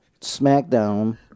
SmackDown